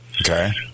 Okay